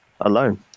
alone